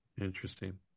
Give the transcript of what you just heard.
Interesting